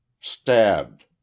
Stabbed